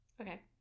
okay